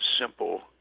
simple